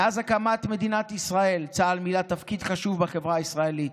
מאז הקמת מדינת ישראל צה"ל מילא תפקיד חשוב בחברה הישראלית.